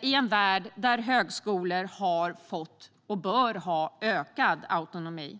i en värld där högskolorna har fått - och bör ha - ökad autonomi.